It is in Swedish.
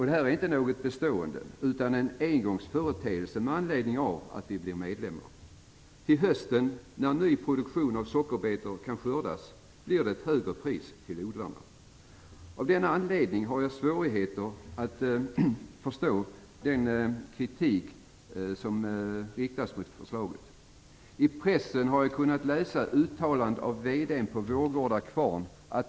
Det här är inte något bestående, utan det är en engångsföreteelse med anledning av att Sverige blir medlem. Till hösten, när en ny produktion av sockerbetor kan skördas, blir det ett högre pris till odlarna. Av denna anledning har jag svårigheter att förstå den kritik som riktas mot förslaget. I pressen har jag kunnat läsa ett uttalande av VD:n på Vårgårda Kvarn.